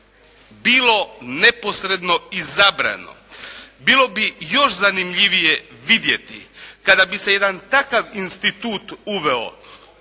bilo neposredno izabrano. Bilo bi još zanimljivije vidjeti kada bi se jedan takav institut uveo